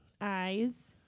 eyes